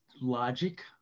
logic